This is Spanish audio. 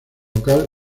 local